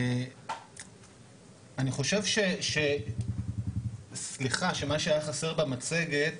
אני חושב שמה שהיה חסר במצגת